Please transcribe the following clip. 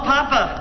Papa